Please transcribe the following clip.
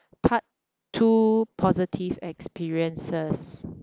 part two positive experiences